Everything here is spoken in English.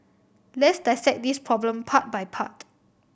let's dissect this problem part by part